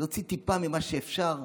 נוציא טיפה ממה שאפשר.